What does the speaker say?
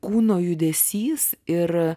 kūno judesys ir